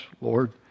Lord